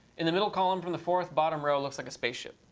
in the middle column from the fourth, bottom row, looks like a spaceship.